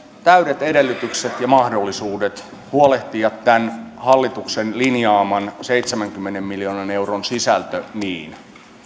täydet edellytykset ja mahdollisuudet huolehtia tämän hallituksen linjaaman seitsemänkymmenen miljoonan euron sisältö niin